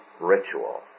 ritual